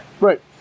Right